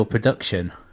production